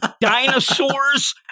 Dinosaurs